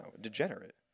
degenerate